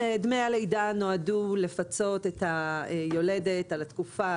דמי הלידה נועדו לפצות את היולדת על התקופה